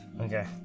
Okay